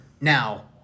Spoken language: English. Now